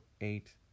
eight